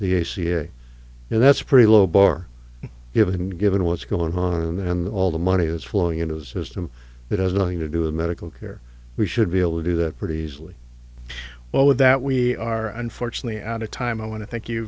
the a c s and that's a pretty low bar given given what's going on and then all the money is flowing into the system that has nothing to do with medical care we should be able to do that pretty easily well with that we are unfortunately out of time i want to thank you